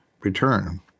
return